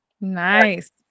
Nice